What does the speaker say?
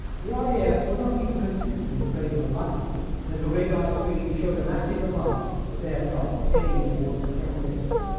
the ah the raf were not even considering a raid on london when the radar screen showed a massive armada of aircraft heading towards the thames estuary.